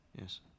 Yes